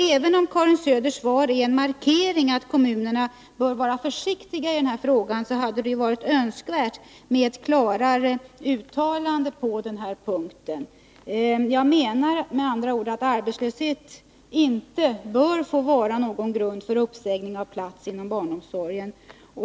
Även om Karin Söders svar är en markering att kommunerna bör vara försiktiga i denna fråga, hade det varit önskvärt med ett klarare uttalande på denna punkt. Jag menar med andra ord att arbetslöshet inte bör få utgöra grund för uppsägning av plats inom barnomsorgen.